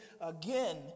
again